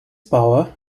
power